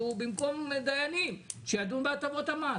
שבמקום דיינים שידון בהטבות המס.